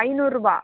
ஐநூறுபா